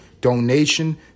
donation